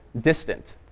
distant